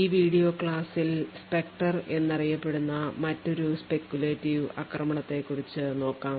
ഈ വീഡിയോ ക്ലാസ്സിൽ specter എന്നു അറിയപ്പെടുന്ന മറ്റൊരു speculative ആക്രമണത്തെക്കുറിച്ച് നോക്കാം